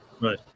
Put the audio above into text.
Right